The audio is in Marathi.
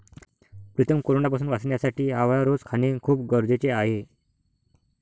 प्रीतम कोरोनापासून वाचण्यासाठी आवळा रोज खाणे खूप गरजेचे आहे